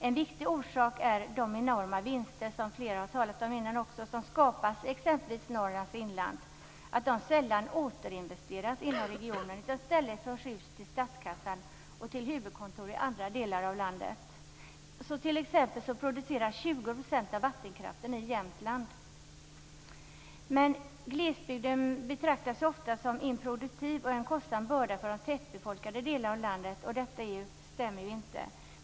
En viktig orsak är att de enorma vinster, som flera har talat om här innan, som skapas exempelvis i Norrlands inland sällan återinvesteras inom regionen, utan i stället förs ut till statskassan och till huvudkontor i andra delar av landet. 20 % av vattenkraften produceras t.ex. i Jämtland. Glesbygden betraktas ofta som improduktiv och som en kostsam börda för det tätbefolkade delarna av landet. Detta stämmer inte.